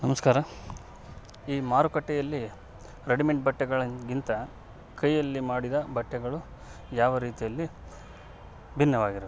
ನಮಸ್ಕಾರ ಈ ಮಾರುಕಟ್ಟೆಯಲ್ಲಿ ರೆಡಿಮೇಡ್ ಬಟ್ಟೆಗಳಿಗಿಂತ ಕೈಯಲ್ಲಿ ಮಾಡಿದ ಬಟ್ಟೆಗಳು ಯಾವ ರೀತಿಯಲ್ಲಿ ಭಿನ್ನವಾಗಿರು